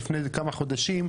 לפני איזה כמה חודשים,